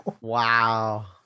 Wow